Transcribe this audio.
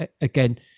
again